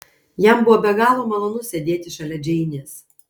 jam buvo be galo malonu sėdėti šalia džeinės